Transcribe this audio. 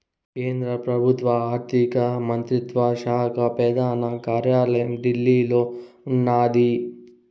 కేంద్ర పెబుత్వ ఆర్థిక మంత్రిత్వ శాక పెదాన కార్యాలయం ఢిల్లీలో ఉన్నాది